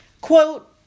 Quote